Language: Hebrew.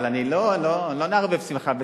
אבל לא נערבב שמחה בשמחה,